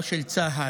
לא של צה"ל,